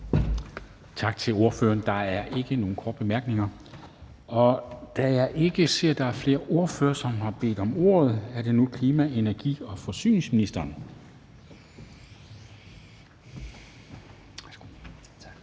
Tak til ordføreren. Der er ikke nogen korte bemærkninger. Og da jeg ikke ser, der er flere ordførere, som har bedt om ordet, er det nu klima-, energi- og forsyningsministeren. Værsgo. Kl.